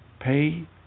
pay